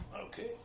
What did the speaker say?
Okay